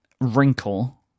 wrinkle